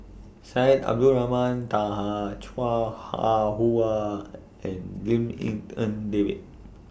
Syed Abdulrahman Taha Chua Ah Huwa and Lim in En David